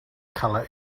color